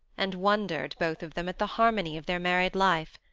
and wondered, both of them, at the harmony of their married life.